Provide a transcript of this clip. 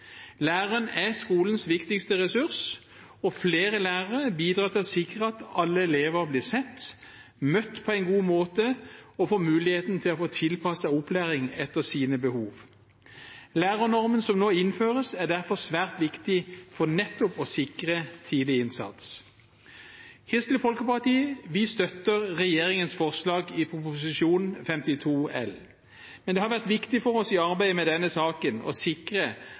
Læreren er skolens viktigste ressurs. Flere lærere bidrar til å sikre at alle elever blir sett, møtt på en god måte og får muligheten til å få tilpasset opplæring etter sine behov. Lærernormen som nå innføres, er derfor svært viktig for nettopp å sikre tidlig innsats. Kristelig Folkeparti støtter regjeringens forslag i Prop. 52 L, men det har vært viktig for oss i arbeidet med denne saken å sikre